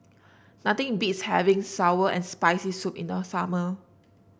nothing beats having sour and Spicy Soup in the summer